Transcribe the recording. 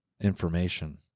information